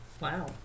Wow